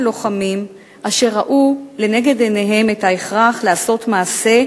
לוחמים אשר ראו לנגד עיניהם את ההכרח לעשות מעשה,